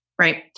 Right